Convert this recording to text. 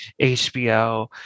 HBO